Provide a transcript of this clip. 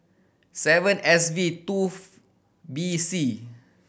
seven S V two B C